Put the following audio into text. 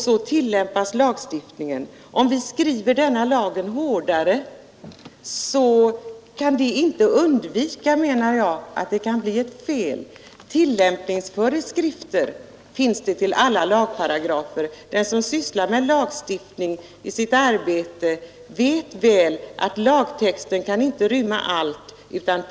Så tillämpas också lagstiftningen. Om vi skriver denna lag hårdare, så kan enligt min mening fel ändå inte undvikas. Den som sysslar med lagstiftning i sitt arbete vet att lagtexten inte kan inrymma allt.